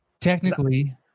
technically